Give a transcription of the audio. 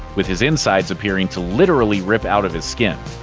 with his insides appearing to literally rip out of his skin.